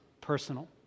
personal